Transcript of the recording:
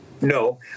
No